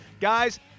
Guys